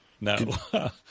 No